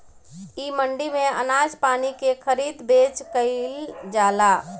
इ मंडी में अनाज पानी के खरीद बेच कईल जाला